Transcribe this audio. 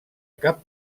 cap